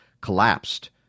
collapsed